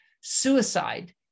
suicide